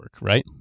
right